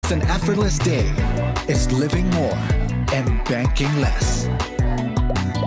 It's an effortless day, it's living more and banking less.